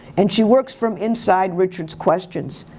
and she works from inside richard's questions.